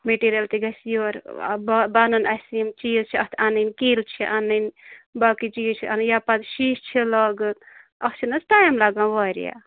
material تہِ گَژھِ یورٕ بہ بَنُن اَسہِ یِم چیٖز چھِ اَتھ اَنٕنۍ کِلۍ چھِ اَنٕنۍ باقٕے چیٖز چھِ اَنٕنۍ یا پَتہٕ شیٖش چھِ لاگن اَتھ چھِنہٕ حظ ٹایِم لَگان واریاہ